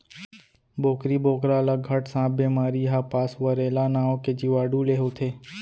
बोकरी बोकरा ल घट सांप बेमारी ह पास्वरेला नांव के जीवाणु ले होथे